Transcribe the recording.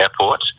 airport